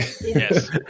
Yes